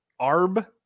Arb